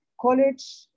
college